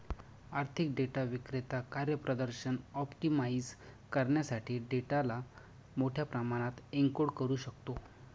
आर्थिक डेटा विक्रेता कार्यप्रदर्शन ऑप्टिमाइझ करण्यासाठी डेटाला मोठ्या प्रमाणात एन्कोड करू शकतो